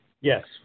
yes